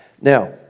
Now